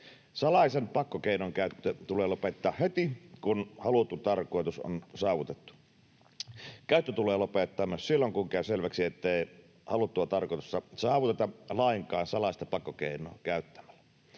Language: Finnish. Salaisen pakkokeinon käyttö tulee lopettaa heti, kun haluttu tarkoitus on saavutettu. Käyttö tulee lopettaa myös silloin, kun käy selväksi, ettei haluttua tarkoitusta saavuteta lainkaan salaista pakkokeinoa käyttämällä.